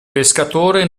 pescatore